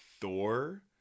Thor